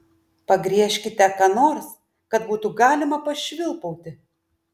pagriežkite ką nors kad būtų galima pašvilpauti